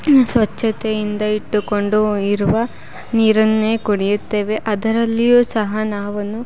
ಸ್ವಚ್ಛತೆಯಿಂದ ಇಟ್ಟುಕೊಂಡು ಇರುವ ನೀರನ್ನೇ ಕುಡಿಯುತ್ತೇವೆ ಅದರಲ್ಲಿಯೂ ಸಹ ನಾವನ್ನು